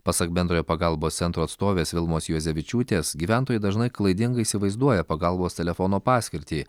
pasak bendrojo pagalbos centro atstovės vilmos juozevičiūtės gyventojai dažnai klaidingai įsivaizduoja pagalbos telefono paskirtį